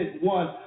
one